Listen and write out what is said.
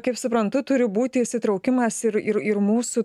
kaip suprantu turi būti įsitraukimas ir ir ir mūsų